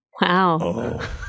Wow